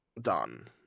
done